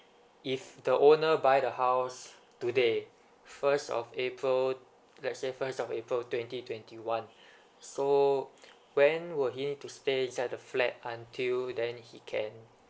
if the owner buy the house today first of april let's say first of april twenty twenty one so when would he need to stay inside flat until then he can